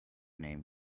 named